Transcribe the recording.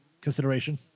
consideration